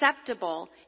acceptable